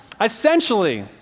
Essentially